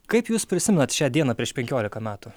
kaip jūs prisimenat šią dieną prieš penkiolika metų